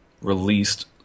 released